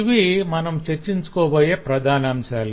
ఇవి మనం చర్చించుకోబోయే ప్రధానాంశాలు